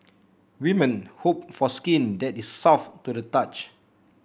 women hope for skin that is soft to the touch